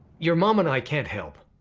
your mom and i can't help.